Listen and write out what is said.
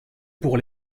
pour